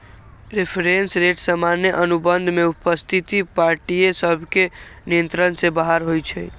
reference rate सामान्य अनुबंध में उपस्थित पार्टिय सभके नियंत्रण से बाहर होइ छइ